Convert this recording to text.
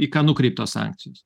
į ką nukreiptos sankcijos